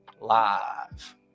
live